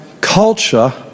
culture